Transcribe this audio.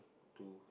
two